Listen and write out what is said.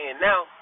Now